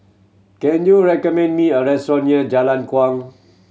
can you recommend me a restaurant near Jalan Kuang